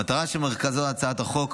המטרה שבמרכז הצעת החוק,